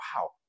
wow